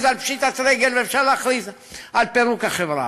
על פשיטת רגל ואפשר להכריז פירוק החברה?